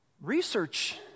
research